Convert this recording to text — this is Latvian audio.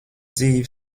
dzīvi